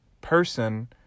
person